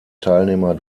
teilnehmer